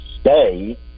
stay